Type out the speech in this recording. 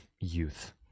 youth